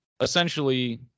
essentially